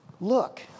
look